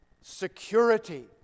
security